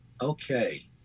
Okay